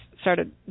started